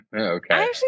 okay